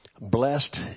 Blessed